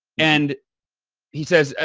and he says,